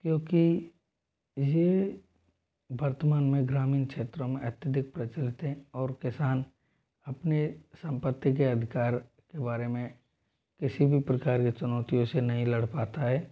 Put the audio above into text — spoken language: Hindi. क्योंकि ये वर्तमान में ग्रामीण क्षेत्रों में अत्यधिक प्रचलित हैं और किसान अपने संपत्ति के अधिकार के बारे में किसी भी प्रकार के चुनौतोयों से नहीं लड़ पाता है